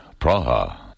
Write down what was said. Praha